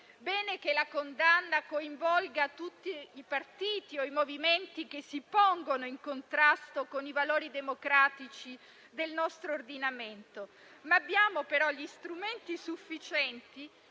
bene che la condanna coinvolga tutti i partiti o i movimenti che si pongono in contrasto con i valori democratici del nostro ordinamento, ma abbiamo gli strumenti sufficienti